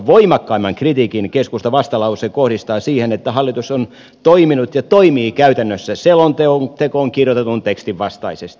voimakkaimman kritiikin keskustan vastalause kohdistaa siihen että hallitus on toiminut ja toimii käytännössä selontekoon kirjoitetun tekstin vastaisesti